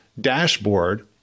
dashboard